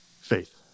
faith